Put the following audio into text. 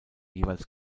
jeweils